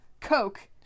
coke